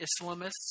Islamists